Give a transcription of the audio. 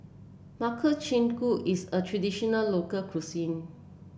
Makchang Gui is a traditional local cuisine